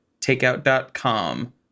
takeout.com